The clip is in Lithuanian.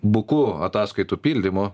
buku ataskaitų pildymo